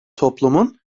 toplumun